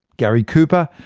gary cooper,